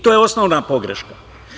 To je osnovna pogreška.